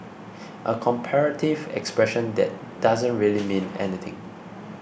a comparative expression that doesn't really mean anything